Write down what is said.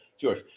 George